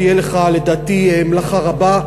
תהיה לך לדעתי מלאכה רבה.